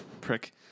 Prick